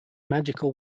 magical